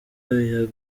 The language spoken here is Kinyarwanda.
yajuririye